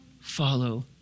follow